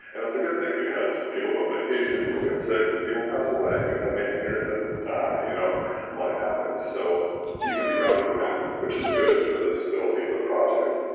and that's a good thing, because people go on vacation, people get sick. people pass away. we've had maintainers that die. you know life happens. so you can be routed around, which is good for the stability of the project.